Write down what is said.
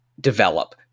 develop